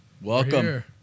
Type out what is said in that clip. Welcome